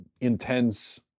intense